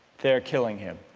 their killing him?